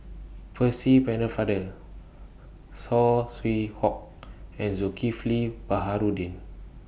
Percy Pennefather Saw Swee Hock and Zulkifli Baharudin